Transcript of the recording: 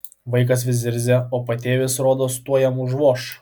vaikas vis zirzė o patėvis rodos tuoj jam užvoš